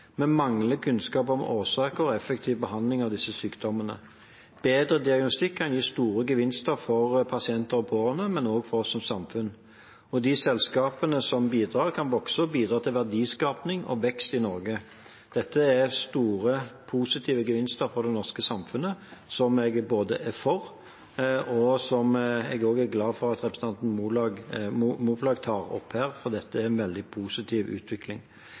mangler kunnskap om årsaker og effektiv behandling av disse sykdommene. Bedre diagnostikk kan gi store gevinster for pasienter og pårørende, men også for oss som samfunn, og de selskapene som bidrar, kan vokse og bidra til verdiskaping og vekst i Norge. Dette er store, positive gevinster for det norske samfunnet, som jeg er for, og som jeg også er glad for at representanten Moflag tar opp her – for dette er en veldig positiv utvikling.